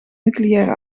nucleaire